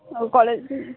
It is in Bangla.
ও কলেজ